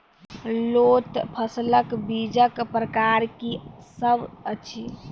लोत फसलक बीजक प्रकार की सब अछि?